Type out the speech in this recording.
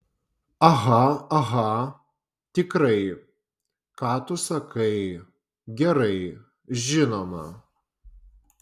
aha aha tikrai ką tu sakai gerai žinoma